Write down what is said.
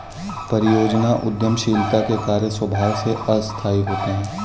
परियोजना उद्यमशीलता के कार्य स्वभाव से अस्थायी होते हैं